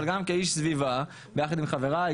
אבל גם כאיש סביבה ביחד עם חבריי,